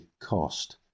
Cost